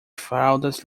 fraldas